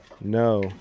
no